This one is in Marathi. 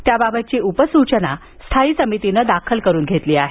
याबाबतची उपसूचना स्थायी समितीने दाखल करून घेतली आहे